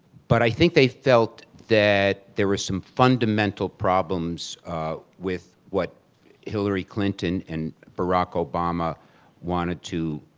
but i think they felt that there were some fundamental problems with what hillary clinton and barack obama wanted to